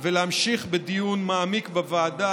ולהמשיך בדיון מעמיק בוועדה,